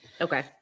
Okay